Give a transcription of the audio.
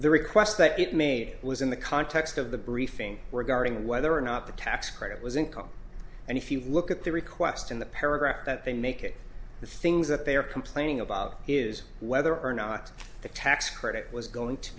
the request that it made was in the context of the briefing regarding whether or not the tax credit was income and if you look at the request in the paragraph that they make it the things that they are complaining about is whether or not the tax credit was going to